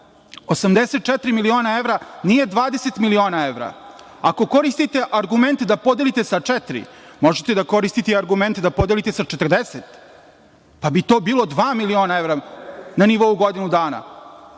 84 miliona evra nije 20 miliona evra. Ako koristite argument da podelite sa 4, možete da koristite i argument da podelite sa 40, pa bi to bilo 2 miliona evra na nivou od godinu dana.